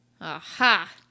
Aha